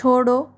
छोड़ो